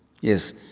Yes